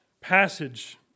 passage